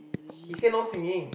he said no singing